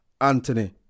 Anthony